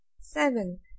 Seven